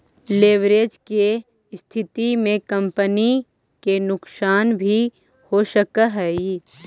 leverage के स्थिति में कंपनी के नुकसान भी हो सकऽ हई